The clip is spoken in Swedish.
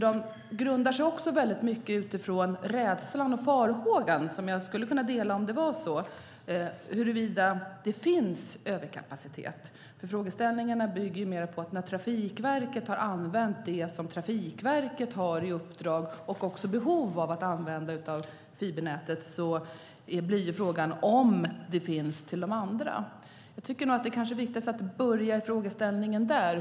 De grundar sig i rädslan och farhågan, som jag skulle kunna dela om det var så, huruvida det finns överkapacitet. Frågeställningarna bygger på att när Trafikverket har använt det som Trafikverket har i uppdrag och behov av att använda av fibernätet blir frågan om det finns över till de andra. Jag tycker att det är viktigt att börja med den frågan.